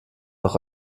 doch